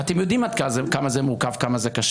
אתם יודעים עד כמה זה מורכב וקשה.